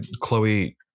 Chloe